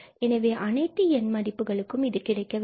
எனவே அனைத்து N மதிப்புகளுக்கும் இது கிடைக்க வேண்டும்